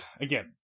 again